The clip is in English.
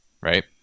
right